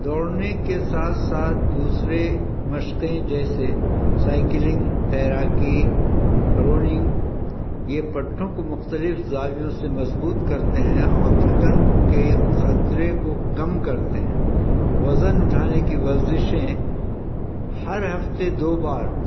دوڑنے کے ساتھ ساتھ دوسرے مشقیں جیسے سائیکلنگ تیراکی روئنگ یہ پٹھوں کو مختلف زاویوں سے مضبوط کرتے ہیں اور تھکن کے خطرے کو کم کرتے ہیں وزن اٹھانے کی ورزشیں ہر ہفتے دو بار